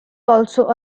also